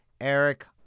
Eric